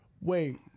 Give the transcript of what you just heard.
Wait